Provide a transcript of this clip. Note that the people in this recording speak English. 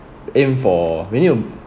aim for we need to